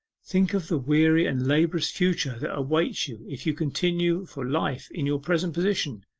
think of the weary and laborious future that awaits you if you continue for life in your present position,